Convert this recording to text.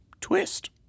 Twist